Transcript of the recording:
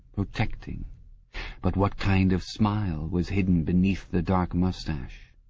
protecting but what kind of smile was hidden beneath the dark moustache?